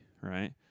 Right